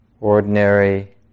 ordinary